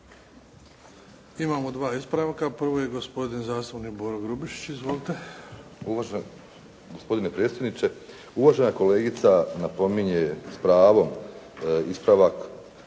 Imamo dva ispravka. Prvo je gospodin zastupnik Boro Grubišić. Izvolite. **Grubišić, Boro (HDSSB)** Gospodine predsjedniče, uvažena kolegica napominje s pravom ispravak,